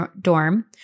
dorm